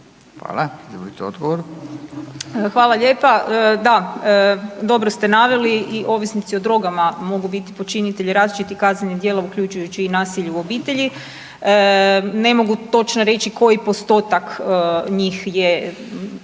**Marić, Andreja (SDP)** Hvala lijepa. Da, dobro ste naveli i ovisnici o drogama mogu biti počinitelji različitih kaznenih djela uključujući i nasilje u obitelji. Ne mogu točno reći koji postotak njih je